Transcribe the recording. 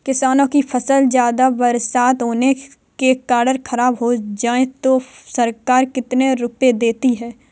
किसानों की फसल ज्यादा बरसात होने के कारण खराब हो जाए तो सरकार कितने रुपये देती है?